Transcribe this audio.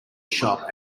shop